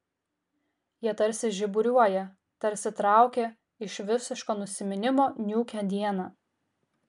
jie tarsi žiburiuoja tarsi traukia iš visiško nusiminimo niūkią dieną